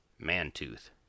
Mantooth